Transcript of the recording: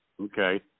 Okay